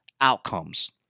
outcomes